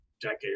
decade